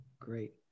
Great